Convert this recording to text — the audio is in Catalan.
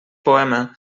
poema